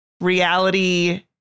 reality